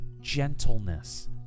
gentleness